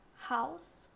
house